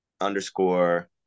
underscore